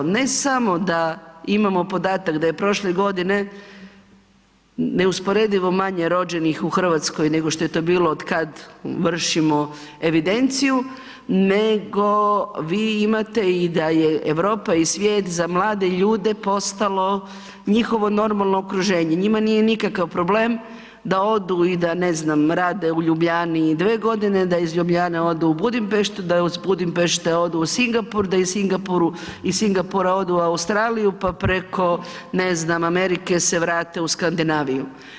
Ne samo da imamo podatak da je prošle godine, neusporedivo manje rođenih u Hrvatskoj nego što je to bilo otkad vršimo evidenciju, nego vi imate i da je Europa i svijet za mlade ljude postalo njihovo normalno okruženje, njima nije nikakav problem da odu i da ne znam, rade u Ljubljani, da iz Ljubljane odu u Budimpeštu, da iz Budimpešte odu u Singapur, da iz Singapura odu u Australiju pa preko ne znam, Amerike se vrate u Skandinaviju.